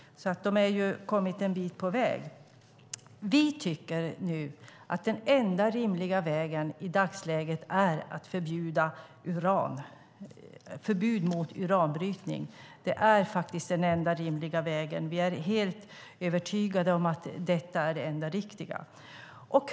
Man har kommit en bit på väg. Vi tycker att den enda rimliga vägen i dagsläget är att förbjuda brytning av uran. Vi är helt övertygade om att detta är det enda riktiga.